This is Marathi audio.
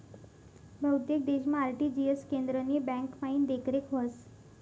बहुतेक देशमा आर.टी.जी.एस केंद्रनी ब्यांकमाईन देखरेख व्हस